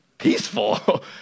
peaceful